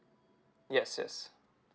yes yes